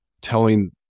telling